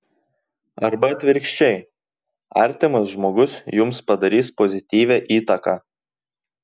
arba atvirkščiai artimas žmogus jums padarys pozityvią įtaką